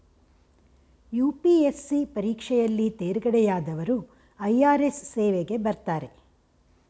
UPSC ಪರೀಕ್ಷೆಯಲ್ಲಿ ತೇರ್ಗಡೆಯಾದವರು IRS ಸೇವೆಗೆ ಬರ್ತಾರೆ